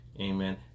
amen